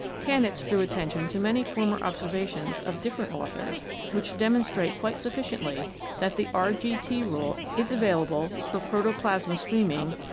kanitz drew attention to many former observations of different authors which demon strate quite sufficiently that the r g t rule is avail able for protoplasma-streaming,